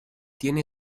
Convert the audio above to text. tiene